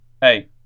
Hey